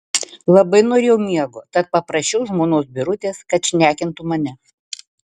labai norėjau miego tad paprašiau žmonos birutės kad šnekintų mane